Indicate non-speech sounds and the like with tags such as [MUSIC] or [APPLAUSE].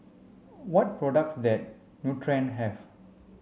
what product [UNINTELLIGIBLE] Nutren have